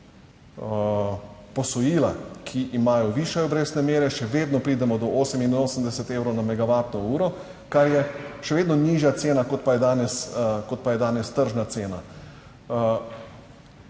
posojila, ki imajo višje obrestne mere, še vedno pridemo do 88 evrov na megavatno uro, kar je še vedno nižja cena, kot pa je danes, kot pa